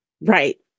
Right